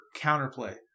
counterplay